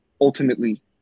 ultimately